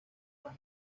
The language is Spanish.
más